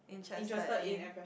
interested in